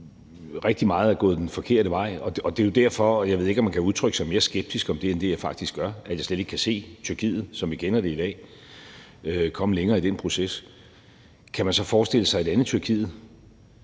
rigtig meget er gået den forkerte vej. Jeg ved ikke, om man kan udtrykke sig mere skeptisk om det end det, jeg faktisk gør, nemlig at jeg slet ikke kan se Tyrkiet, som vi kender det i dag, komme længere i den proces. Kan man så forestille sig et andet Tyrkiet?